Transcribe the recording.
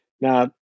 now